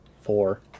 Four